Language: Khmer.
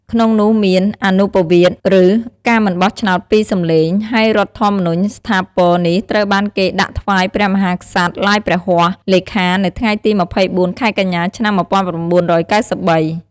ក្នុងនោះមាន អនុប្បវាទឬ ការមិនបោះឆ្នោត ២ សំឡេង ហើយរដ្ឋធម្មនុញ្ញស្ថាពរនេះត្រូវបានគេដាក់ថ្វាយព្រះមហាក្សត្រឡាយព្រះហស្តលេខានៅថ្ងៃទី២៤ ខែកញ្ញា ឆ្នាំ១៩៩៣។